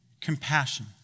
compassion